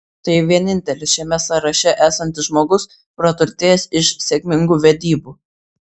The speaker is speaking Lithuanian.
tai vienintelis šiame sąraše esantis žmogus praturtėjęs iš sėkmingų vedybų